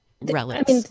relics